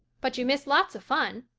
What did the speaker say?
but you miss lots of fun.